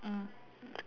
mm